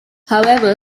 however